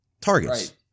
targets